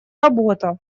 работа